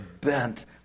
bent